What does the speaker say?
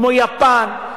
כמו יפן,